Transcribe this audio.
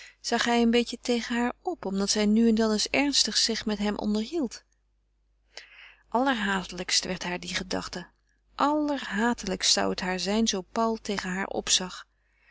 zag hij een beetje tegen haar op omdat zij nu en dan eens ernstig zich met hem onderhield allerhatelijkst werd haar die gedachte allerhatelijkst zou het haar zijn zoo paul tegen haar opzag